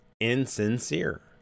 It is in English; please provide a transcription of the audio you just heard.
insincere